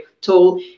tool